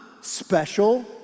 special